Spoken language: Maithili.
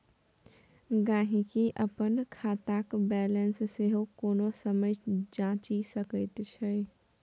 गहिंकी अपन खातक बैलेंस सेहो कोनो समय जांचि सकैत छै